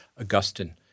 Augustine